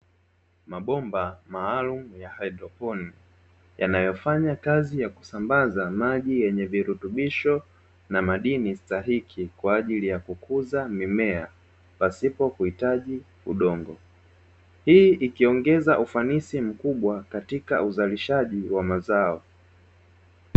Mabomba maalumu ya hydroponik, yanayofanya kazi ya kusambaza maji yenye virutubisho na madini stahiki kwa ajili ya kukuza mimea pasipo kuhitaji udongo, hii ikiongeza ufanisi mkubwa katika uzalishaji wa mazao.